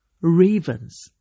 Ravens